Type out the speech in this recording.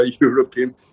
European